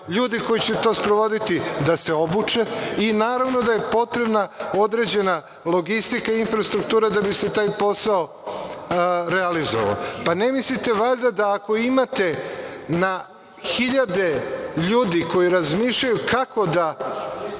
ljudi koji će to sprovoditi da se obuče i naravno da je potrebna određena logistika i infrastruktura da bi se taj posao realizovao. Ne mislite valjda da ako imate na hiljade ljudi koji razmišljaju kako da